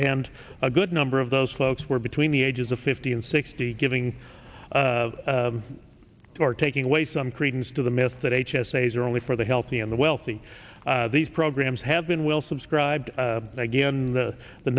and a good number of those folks were between the ages of fifty and sixty giving or taking away some credence to the myth that h s a is are only for the healthy and the wealthy these programs have been will subscribe again the the